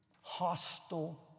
hostile